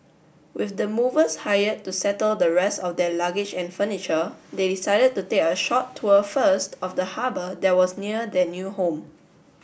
with the movers hired to settle the rest of their luggage and furniture they decided to take a short tour first of the harbour that was near the new home